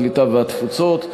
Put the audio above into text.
הקליטה והתפוצות.